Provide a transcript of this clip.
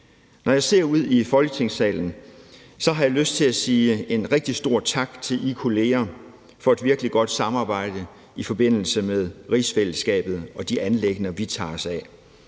Når jeg ser ud i Folketingssalen, har jeg lyst til at sige en rigtig stor tak til I kolleger for et virkelig godt samarbejde i forbindelse med rigsfællesskabet og de anliggender, vi tager os af,